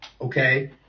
okay